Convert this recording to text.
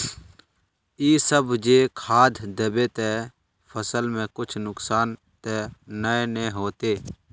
इ सब जे खाद दबे ते फसल में कुछ नुकसान ते नय ने होते